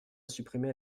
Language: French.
supprimé